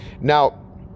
now